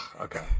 okay